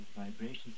vibrations